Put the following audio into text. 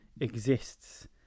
exists